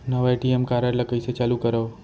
नवा ATM card ल कइसे चालू करव?